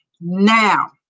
Now